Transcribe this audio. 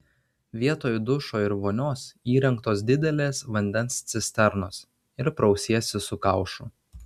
vietoj dušo ir vonios įrengtos didelės vandens cisternos ir prausiesi su kaušu